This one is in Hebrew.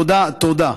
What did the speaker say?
תודה, תודה.